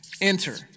enter